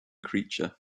creature